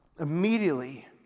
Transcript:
Immediately